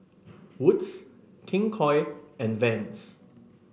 Wood's King Koil and Vans